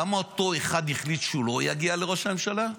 למה אותו אחד החליט שהוא לא יגיע לראש הממשלה,